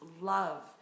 love